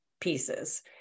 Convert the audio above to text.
pieces